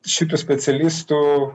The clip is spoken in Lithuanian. šitų specialistų